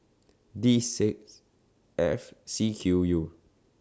D six F C Q U